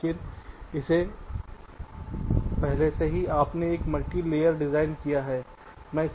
लेकिन पहले से ही आपने एक मल्टीप्लेयर डिजाइन किया है